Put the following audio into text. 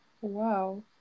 Wow